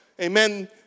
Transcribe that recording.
amen